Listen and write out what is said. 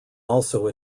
also